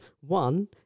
One